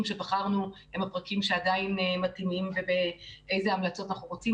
שבחרנו הם הפרקים שעדיין מתאימים ואיזה המלצות אנחנו רוצים.